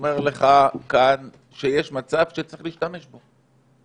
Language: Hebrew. אומר לך כאן שיש מצב שצריך להשתמש בו.